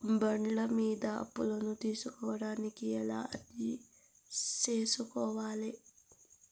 బండ్ల మీద అప్పును తీసుకోడానికి ఎలా అర్జీ సేసుకోవాలి?